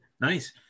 Nice